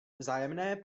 vzájemné